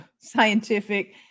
scientific